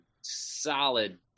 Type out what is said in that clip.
solid